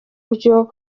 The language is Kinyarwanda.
buryo